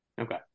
Okay